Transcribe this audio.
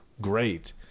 great